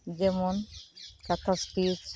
ᱡᱮᱢᱚᱱ ᱠᱟᱴᱷᱟᱥᱴᱤᱡᱽ